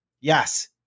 Yes